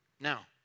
Now